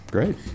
Great